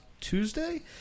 tuesday